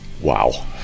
Wow